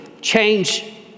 change